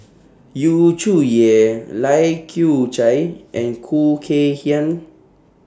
Yu Zhuye Lai Kew Chai and Khoo Kay Hian